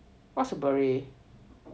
what's a beret